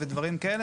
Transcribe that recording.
ודברים כאלה,